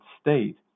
state